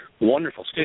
Wonderful